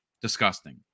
disgusting